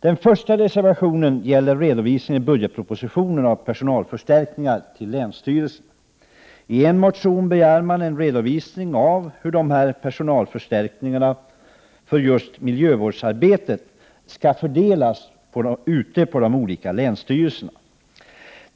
Den första reservationen gäller redovisningen i budgetpropositionen av personalförstärkningar till länsstyrelserna. I en motion begärs en redovisning av hur personalförstärkningarna inom miljövårdsarbetet skall fördelas på de olika länsstyrelserna.